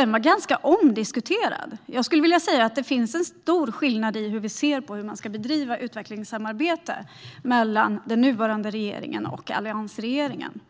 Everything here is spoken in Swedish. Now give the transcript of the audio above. Den var ganska omdiskuterad. Det finns en stor skillnad mellan hur den nuvarande regeringen ser på hur utvecklingssamarbete ska bedrivas och hur alliansregeringen